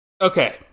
Okay